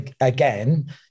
again